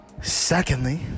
Secondly